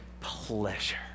pleasure